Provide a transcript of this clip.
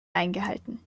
eingehalten